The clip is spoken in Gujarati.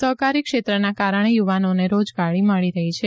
સહકારી ક્ષેત્રના કારણે યુવાનોને રોજગારી મળી રહી છે